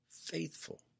faithful